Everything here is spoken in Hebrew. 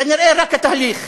כנראה רק התהליך,